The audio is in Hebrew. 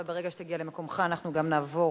וברגע שתגיע למקומך אנחנו גם נעבור